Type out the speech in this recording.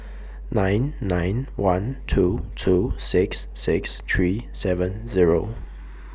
nine nine one two two six six three seven Zero